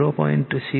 6 જે 53